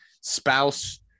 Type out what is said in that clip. Spouse